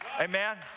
Amen